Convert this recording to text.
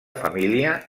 família